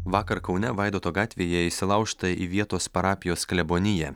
vakar kaune vaidoto gatvėje įsilaužta į vietos parapijos kleboniją